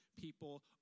people